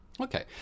Okay